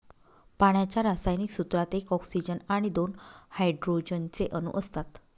पाण्याच्या रासायनिक सूत्रात एक ऑक्सीजन आणि दोन हायड्रोजन चे अणु असतात